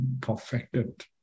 perfected